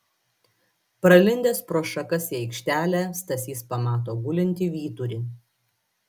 pralindęs pro šakas į aikštelę stasys pamato gulintį vyturį